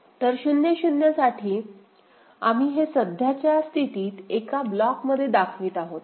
तर 0 0 साठी आम्ही हे सध्याच्या स्थितीत एका ब्लॉकमध्ये दाखवित आहोत